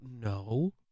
No